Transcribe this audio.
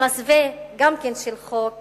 במסווה, גם כן, של חוק